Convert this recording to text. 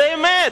זו אמת.